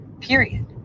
Period